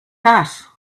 that